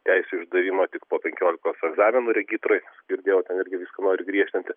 teisių išdavimo tik po penkiolikos egzaminų regitroj girdėjau ten irgi viską nori griežtinti